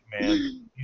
man